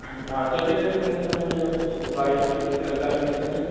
اہَن آ تُہۍ کَتہِ ٲسِو وُنیُک تام یہِ بے یہِ سیل کران وُنیُک تام یہِ